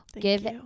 Give